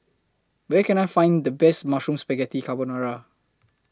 Where Can I Find The Best Mushroom Spaghetti Carbonara